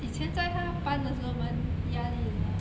以前在他班的时候蛮压力的